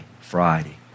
Friday